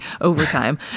overtime